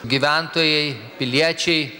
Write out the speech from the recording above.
gyventojai piliečiai